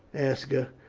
aska.